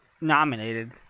nominated